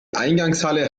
eingangshalle